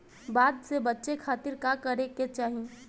बाढ़ से बचे खातिर का करे के चाहीं?